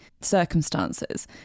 circumstances